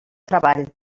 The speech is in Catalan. treball